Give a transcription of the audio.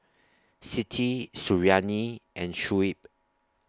Siti Suriani and Shuib